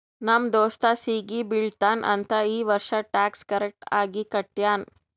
ನಮ್ ದೋಸ್ತ ಸಿಗಿ ಬೀಳ್ತಾನ್ ಅಂತ್ ಈ ವರ್ಷ ಟ್ಯಾಕ್ಸ್ ಕರೆಕ್ಟ್ ಆಗಿ ಕಟ್ಯಾನ್